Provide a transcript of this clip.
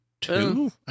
two